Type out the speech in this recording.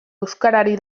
euskarari